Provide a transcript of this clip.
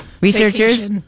researchers